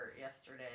yesterday